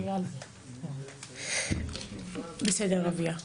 בסדר אביה.